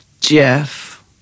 Jeff